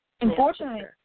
Unfortunately